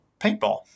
paintball